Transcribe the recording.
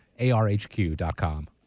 ARHQ.com